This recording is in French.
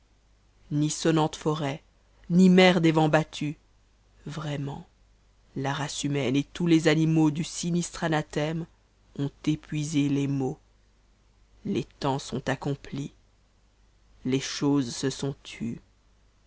ni sonnantes forêts ni mers des venta bthtes vraiment la race humaine et tous tes animaux du sinistre ana eme ont eputsé les maux les temps sont accomplis les choses se sont tues